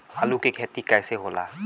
आलू के खेती कैसे होला?